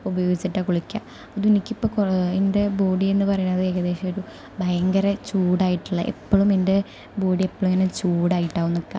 ഉപയോഗിച്ചിട്ടാണ് കുളിക്കുക അതു കൊണ്ട് എനിക്കിപ്പോൾ കുറേ എൻ്റെ ബോഡിയെന്നു പറയുന്നത് ഏകദേശം ഒരു ഭയങ്കര ചൂടായിട്ടുള്ള എപ്പോഴും എൻ്റെ ബോഡി എപ്പോഴും ഇങ്ങനെ ചൂടായിട്ടാകും നിൽക്കുക